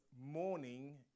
morning